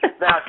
Now